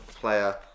Player